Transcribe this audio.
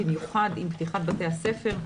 במיוחד עם פתיחת בתי הספר,